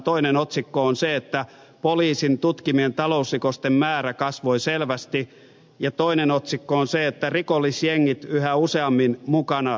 toinen otsikko on poliisien tutkimien talousrikosten määrä kasvoi selvästi ja toinen otsikko on rikollisjengit yhä useammin mukana talousrikoksissa